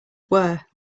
were